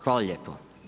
Hvala lijepo.